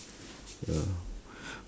ya